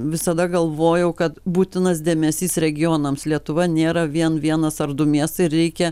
visada galvojau kad būtinas dėmesys regionams lietuva nėra vien vienas ar du miestai ir reikia